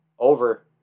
Over